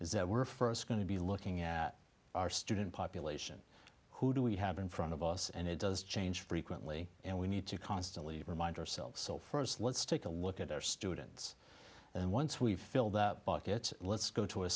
is that we're first going to be looking at our student population who do we have in front of us and it does change frequently and we need to constantly remind ourselves so first let's take a look at our students and once we fill that bucket let's go to a